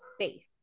safe